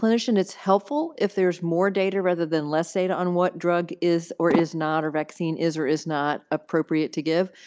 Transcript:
clinician it's helpful if there's more data rather than less data on what drug is or is not, a vaccine is or is not appropriate to give,